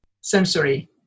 sensory